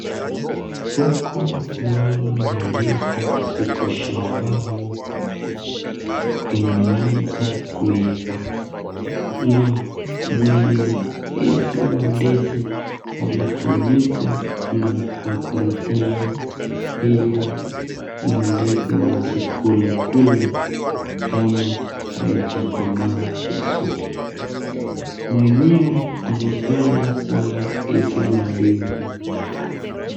Huku naona mandizi ziko shambani imeanza kuiva , na mwenye hizi mandizi alifunika na karatasi ili mandege wasikulekule kama haijakomaa vizuri. Mwenyewe anapenda sana hizi mandizi.